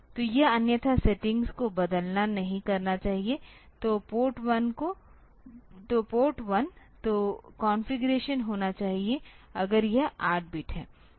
तो यह अन्यथा सेटिंग्स को बदलना नहीं करना चाहिए तो पोर्ट 1 तो कॉन्फ़िगरेशन होना चाहिए अगर यह 8 बिट है